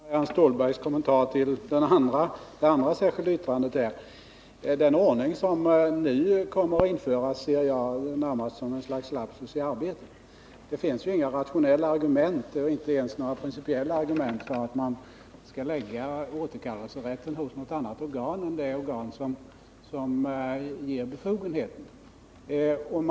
Herr talman! Jag vill något kommentera vad Marianne Stålberg sade om det andra särskilda yttrandet. Den ordning som ni vill införa ser jag närmast som en lapsus i arbetet. Det finns inga rationella eller ens principiella argument för att lägga återkallelserätten hos något annat organ än det som har givit befogenheten.